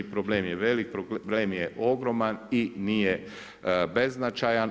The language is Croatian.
Problem je velik, problem je ogroman i nije beznačajan.